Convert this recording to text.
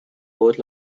both